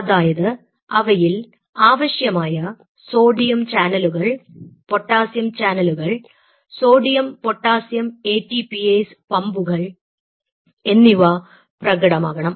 അതായത് അവയിൽ ആവശ്യമായ സോഡിയം ചാനലുകൾ പൊട്ടാസ്യം ചാനലുകൾ sodium potassium ATPase പമ്പുകൾ എന്നിവ പ്രകടമാകണം